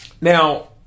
Now